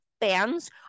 fans